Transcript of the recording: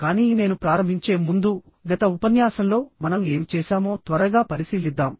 కానీ నేను ప్రారంభించే ముందు గత ఉపన్యాసంలో మనం ఏమి చేశామో త్వరగా పరిశీలిద్దాం